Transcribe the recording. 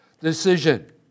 decision